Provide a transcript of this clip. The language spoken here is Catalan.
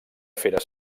feres